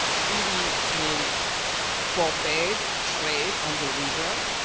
but really i mean forbade trade on the river,